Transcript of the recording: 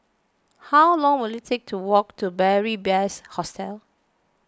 how long will it take to walk to Beary Best Hostel